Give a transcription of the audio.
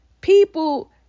people